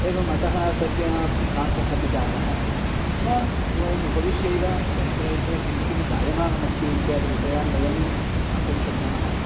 एवम् अतः तस्य विकासः अपि जातः नाम वयम् उपविश्यैव यत्र यत्र किं किं जायमानमस्ति इत्यादि विषयान् वयं ज्ञातुं शक्नुमः